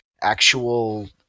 actual